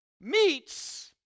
meets